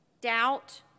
doubt